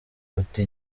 uti